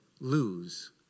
lose